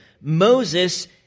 Moses